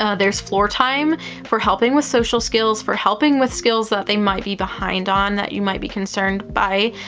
ah there's floor time for helping with social skills, for helping with skills that they might be behind on that you might be concerned by,